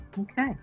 Okay